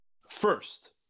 first